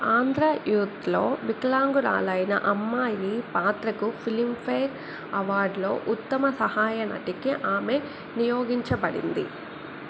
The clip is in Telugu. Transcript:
ఆంధ్రా యూత్లో వికలాంగురాలైన అమ్మాయి పాత్రకు ఫిలింఫేర్ అవార్డ్లో ఉత్తమ సహాయ నటికి ఆమె నియోగించబడింది